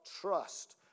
trust